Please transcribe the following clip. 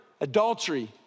adultery